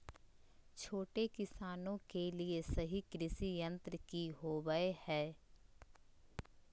छोटे किसानों के लिए सही कृषि यंत्र कि होवय हैय?